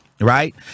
right